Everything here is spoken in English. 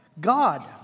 God